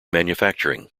manufacturing